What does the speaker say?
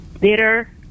bitter